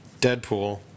Deadpool